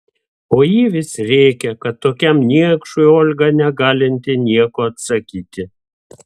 o ji vis rėkė kad tokiam niekšui olga negalinti nieko atsakyti